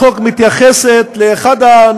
מאולם המליאה.) הצעת החוק מתייחסת לאחד הנושאים